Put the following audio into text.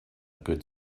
good